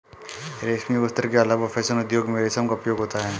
रेशमी वस्त्र के अलावा फैशन उद्योग में रेशम का उपयोग होता है